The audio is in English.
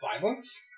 violence